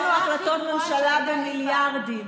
הבאנו החלטות ממשלה במיליארדים